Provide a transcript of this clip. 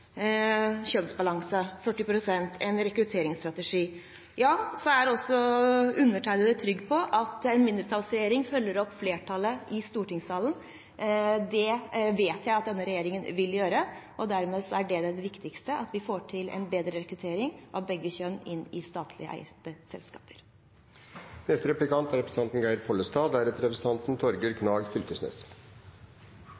kjønnsbalanse og en rekrutteringsstrategi. Jeg er trygg på at en mindretallsregjering følger opp flertallet i stortingssalen. Det vet jeg at denne regjeringen vil gjøre, og dermed er det viktigste at vi får til en bedre rekruttering av begge kjønn i statlig eide selskaper.